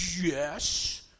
Yes